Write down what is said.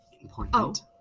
important